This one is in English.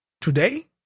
today